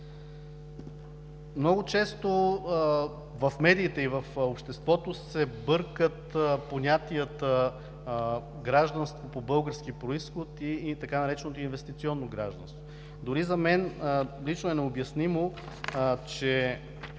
Много често в медиите и в обществото се бъркат понятията – гражданство по български произход и така нареченото инвестиционно гражданство. Дори за мен лично е необяснимо, че